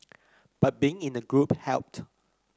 but being in a group helped